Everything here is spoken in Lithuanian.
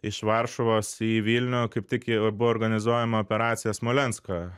iš varšuvos į vilnių kaip tik buvo organizuojama operacija smolensko